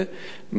מבחינתנו,